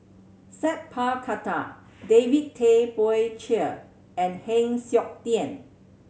Sat Pal Khattar David Tay Poey Cher and Heng Siok Tian